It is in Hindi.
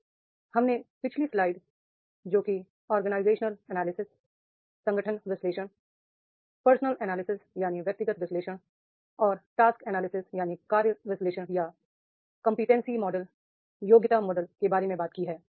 तो हमने पिछली slide organisational analysis personal analysis और टास्क एनालिसिस या कंपीटनसी मॉडल के बारे में बात की है